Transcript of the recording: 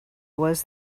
was